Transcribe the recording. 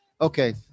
okay